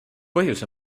põhjus